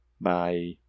Bye